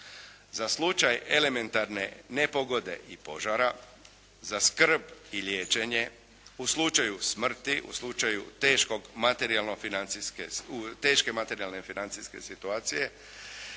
Za slučaj elementarne nepogode i požara, za skrb i liječenje, u slučaju smrti, u slučaju teške materijalne, financijske situacije,